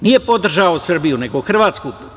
Nije podržao Srbiju, nego Hrvatsku.